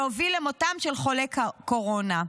שהוביל למותם של חולי קורונה.